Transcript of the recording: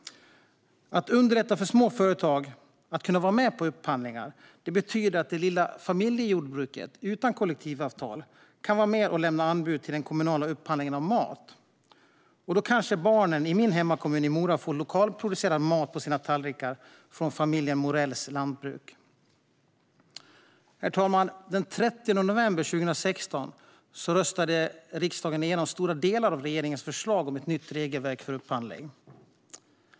Att underlätta för små företag att vara med i upphandlingar betyder att det lilla familjejordbruket utan kollektivavtal kan vara med och lämna anbud till den kommunala upphandlingen av mat. Då kanske barnen i min hemkommun Mora får lokalproducerad mat på sina tallrikar från familjen Morells lantbruk. Herr talman! Den 30 november 2016 röstade riksdagen igenom stora delar av regeringens förslag om ett nytt regelverk för upphandling.